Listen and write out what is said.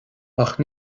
ach